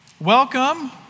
Welcome